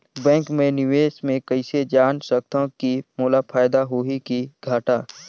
Bank मे मैं निवेश मे कइसे जान सकथव कि मोला फायदा होही कि घाटा?